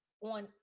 on